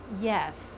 yes